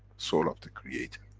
soul of the creator.